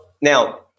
Now